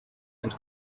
and